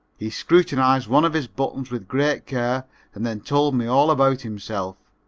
he scrutinized one of his buttons with great care and then told me all about himself.